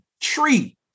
Tree